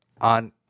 on